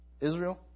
Israel